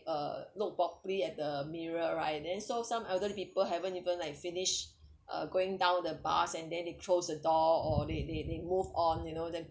uh look properly at the mirror right and then so some elderly people haven't even like finish uh going down the bus and then they close the door or they they they move on you know then